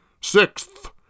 Sixth